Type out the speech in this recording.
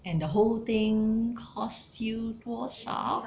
and the whole thing cost you 多少